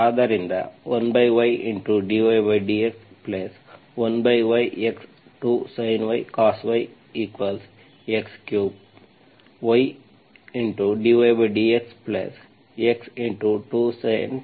ಆದ್ದರಿಂದ 1y dydx 1y x 2siny cosyx3y dydx x